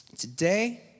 Today